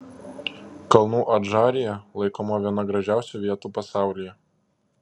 kalnų adžarija laikoma viena gražiausių vietų pasaulyje